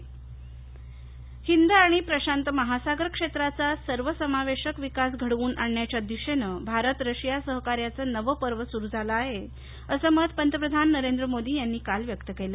Modi Russia Hind आणि प्रशांत महासागर क्षेत्राचा सर्वसमावेशक विकास घडवून आणण्याच्या दिशेनं भारत रशिया सहकार्याचं नवं पर्व सुरू झालं आहे असं मत पंतप्रधान नरेंद्र मोदी यांनी काल व्यक्त केलं